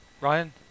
Ryan